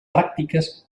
pràctiques